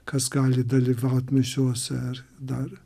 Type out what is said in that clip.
kas gali dalyvaut mišiose ar dar